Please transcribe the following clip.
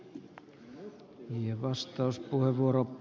arvoisa herra puhemies